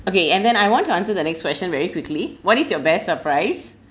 okay and then I want to answer the next question very quickly what is your best surprise